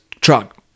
truck